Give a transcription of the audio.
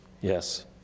Yes